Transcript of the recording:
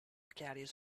caddies